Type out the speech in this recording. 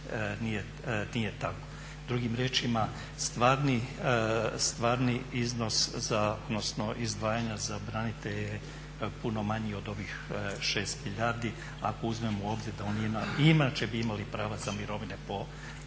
nije tako. Drugim riječima stvarni iznos za, odnosno izdvajanja za branitelje je puno manji od ovih 6 milijardi ako uzmemo u obzir da oni i inače bi imali pravo za mirovine po